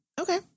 Okay